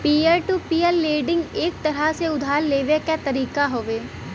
peer to peer lending एक तरह से उधार लेवे क तरीका हउवे